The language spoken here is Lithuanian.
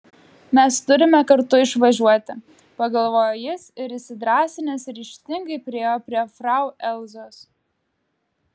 mes turime kartu išvažiuoti pagalvojo jis ir įsidrąsinęs ryžtingai priėjo prie frau elzos